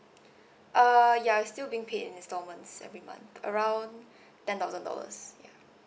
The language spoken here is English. uh ya it's still being paid in installments every month around ten thousand dollars ya